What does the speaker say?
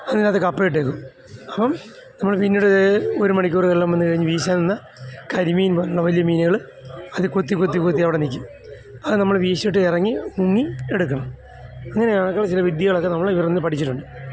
അതിനകത്ത് കപ്പ ഇട്ടേക്കും അപ്പോൾ നമ്മൾ പിന്നീട് ഒരു മണിക്കൂർ വെള്ളം വന്നു കഴിഞ്ഞ് വീശാൻ നിന്നാൽ കരിമീൻ പോലുള്ള വലിയ മീനുകൾ അത് കൊത്തിക്കൊത്തി കൊത്തി അവിടെ നിൽക്കും അത് നമ്മൾ വീശിയിട്ട് ഇറങ്ങി മുങ്ങി എടുക്കണം അങ്ങനെയാണ് ചില വിദ്യകളൊക്കെ നമ്മൾ ഇവരിൽനിന്ന് പഠിച്ചിട്ടുണ്ട്